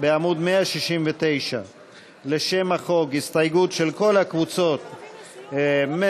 בעמוד 169. לשם החוק יש הסתייגות של כל הקבוצות: מרצ,